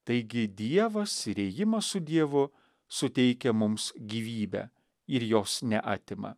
taigi dievas ir ėjimas su dievu suteikia mums gyvybę ir jos neatima